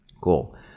Cool